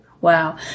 wow